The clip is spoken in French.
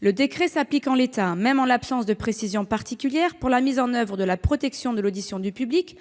Le décret s'applique en l'état, même en l'absence de précisions particulières apportées par arrêté pour la mise en oeuvre de la protection de l'audition du public.